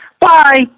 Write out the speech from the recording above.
Bye